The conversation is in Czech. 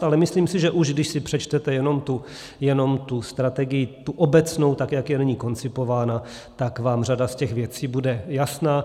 Ale myslím si, že už když si přečtete jenom tu strategii, tu obecnou, tak jak je nyní koncipována, tak vám řada z těch věcí bude jasná.